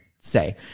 say